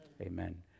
Amen